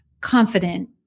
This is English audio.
confident